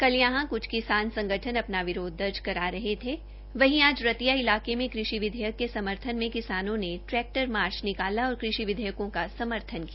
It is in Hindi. कल यहां कुछ किसान संगठन अपना विरोध दर्ज करा रहे हो वहीं किसान संगठन रतिया इलाके मे कृषि विधेयक के समर्थन में किसानों ने ट्रैक्टर मार्च निकाला और कृषि विधेयकों का समर्थन किया